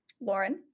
Lauren